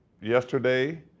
yesterday